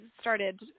started